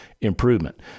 improvement